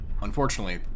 Unfortunately